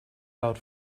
out